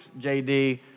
JD